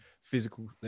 physical